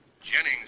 jennings